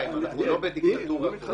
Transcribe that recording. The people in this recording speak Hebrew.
אנחנו לא בדיקטטורה פה, אנחנו בדמוקרטיה לגמרי.